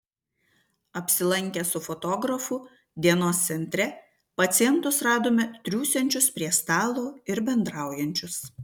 apsilankę su fotografu dienos centre pacientus radome triūsiančius prie stalo ir bendraujančius